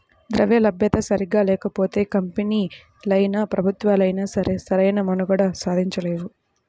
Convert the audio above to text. ద్రవ్యలభ్యత సరిగ్గా లేకపోతే కంపెనీలైనా, ప్రభుత్వాలైనా సరే సరైన మనుగడ సాగించలేవు